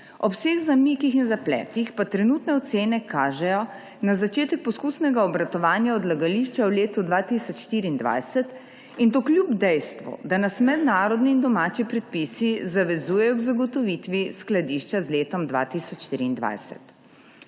ob vseh zamikih in zapletih pa trenutne ocene kažejo na začetek poskusnega obratovanja odlagališča v letu 2024, in to kljub dejstvu, da nas mednarodni in domači predpisi zavezujejo k zagotovitvi skladišča z letom 2023.